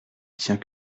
tient